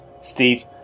Steve